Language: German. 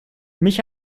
mich